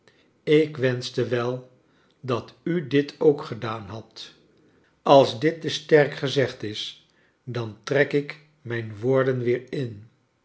ik wenschte wel dat u dit ook gedaan hadt als dit te sterk gezegd is dan trek ik mijn woorden weer in